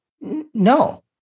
no